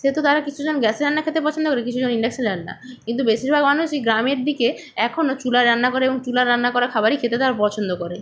সে তো তারা কিছু জন গ্যাসে রান্না খেতে পছন্দ করে কিছু জন ইন্ডাকশানে রান্না কিন্তু বেশিরভাগ মানুষই গ্রামের দিকে এখনও চুলায় রান্না করে এবং চুলায় রান্না করা খাবারই খেতে তারা পছন্দ করে